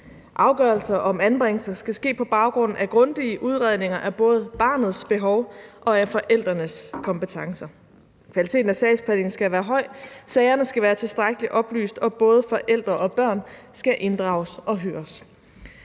Afgørelser om anbringelser skal ske på baggrund af grundige udredninger af både barnets behov og af forældrenes kompetencer. Kvaliteten af sagsbehandlingen skal være høj, sagerne skal være tilstrækkeligt oplyst, og både forældre og børn skal inddrages og høres.